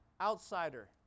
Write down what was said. outsider